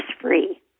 free